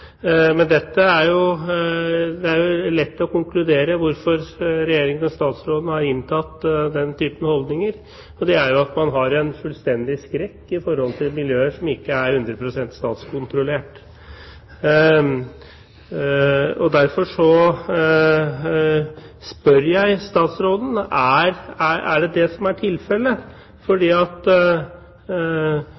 Men det er lett å konkludere her – Regjeringen og stastråden har inntatt den typen holdninger fordi man har fullstendig skrekk for miljøer som ikke er 100 pst. statskontrollert. Derfor spør jeg statsråden: Er det det som er tilfellet?